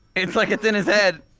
it's like it's in his head!